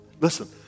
Listen